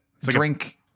drink